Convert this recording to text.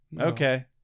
okay